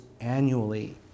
annually